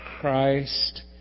Christ